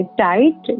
tight